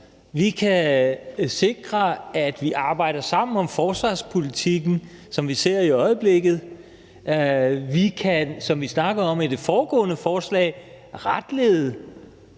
Vi kan sikre, at vi arbejder sammen om forsvarspolitikken, som vi ser i øjeblikket. Vi kan, som vi snakkede om ved det foregående forslag, retlede,